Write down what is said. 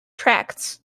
tracts